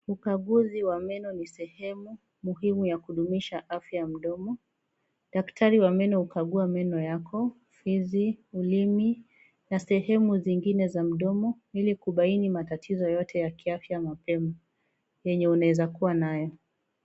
Ukaguzi wa meno ni sehemu muhimu ya kudumisha afya ya mdomo. Daktari wa meno hukagua meno yako, fizi, ulimi na sehemu zingine za mdomo ili kubaini matatizo ya kiafya mapema, yenye unaeza kua nayo.